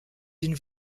d’une